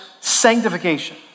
sanctification